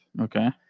Okay